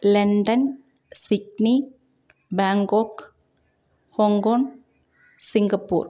London Sydney Bangkok hong-kong Singapore